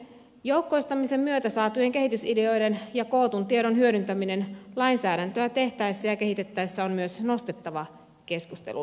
joukkoistamisen myötä saatujen kehitysideoiden ja kootun tiedon hyödyntäminen lainsäädäntöä tehtäessä ja kehitettäessä on myös nostettava keskusteluun